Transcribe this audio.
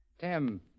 Tim